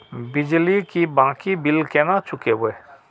बिजली की बाकी बील केना चूकेबे?